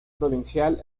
provincial